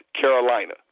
Carolina